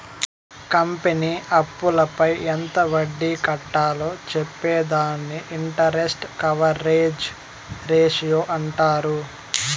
company అప్పులపై ఎంత వడ్డీ కట్టాలో చెప్పే దానిని ఇంటరెస్ట్ కవరేజ్ రేషియో అంటారు